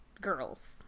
girls